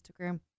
Instagram